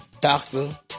doctor